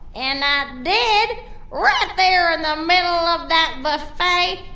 and i did right there in the middle of that buffet.